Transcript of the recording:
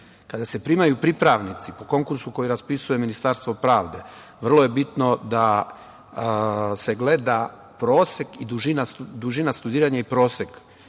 se primaju pripravnici po konkursu koji raspisuje Ministarstvo pravde, vrlo je bitno da se gleda prosek i dužina studiranja uspeha